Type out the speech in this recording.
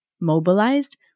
mobilized